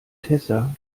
tessa